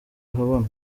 ahabona